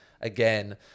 again